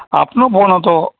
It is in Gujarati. આપનો ફોન હતો